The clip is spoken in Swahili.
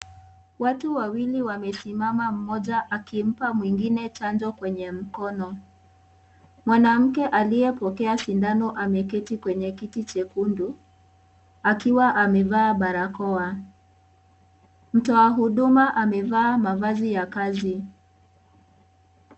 Watu wawili wamesimama mmoja akimpa mwingine Chanjo kwenye mkono, mwanamke aliyepokea sindano ameketi kwenye kiti jekundu akiwa amevaa barakoa . Mtoa huduma amevaa mavazi ya kazi.